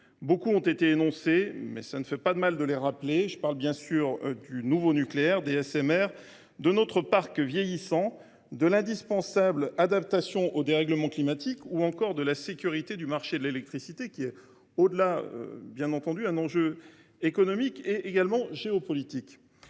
Beaucoup ont déjà été énoncés, mais il n’est pas inutile de les citer encore. Je parle bien sûr du nouveau nucléaire, des SMR, de notre parc vieillissant, de l’indispensable adaptation au dérèglement climatique ou encore de la sécurité du marché de l’électricité, qui est un enjeu économique et géopolitique